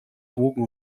bogen